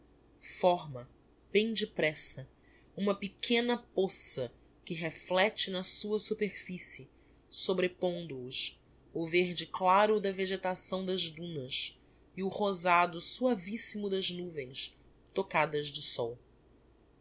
fórma bem depressa uma pequena poça que reflecte na sua superficie sobrepondo os o verde claro da vegetação das dunas e o rosado suavissimo das nuvens tocadas de sol